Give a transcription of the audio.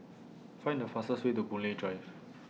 Find The fastest Way to Boon Lay Drive